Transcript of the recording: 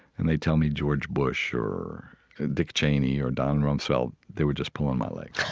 and they'd tell me, george bush or dink cheney or don rumsfeld. they were just pulling my leg.